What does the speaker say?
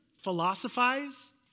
philosophize